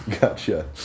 gotcha